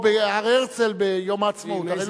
או בהר-הרצל ביום העצמאות.